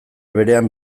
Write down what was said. berean